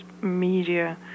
media